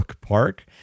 Park